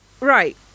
right